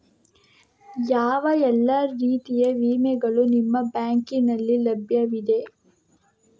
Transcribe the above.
ಯಾವ ಎಲ್ಲ ರೀತಿಯ ವಿಮೆಗಳು ನಿಮ್ಮ ಬ್ಯಾಂಕಿನಲ್ಲಿ ಲಭ್ಯವಿದೆ?